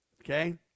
Okay